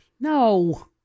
No